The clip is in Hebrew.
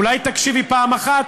אולי תקשיבי פעם אחת.